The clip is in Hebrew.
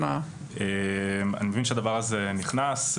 אני מבין שהדבר הזה נכנס.